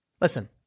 Listen